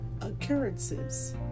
occurrences